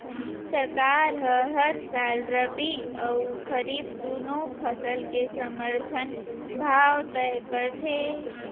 सरकार ह हर साल रबि अउ खरीफ दूनो फसल के समरथन भाव तय करथे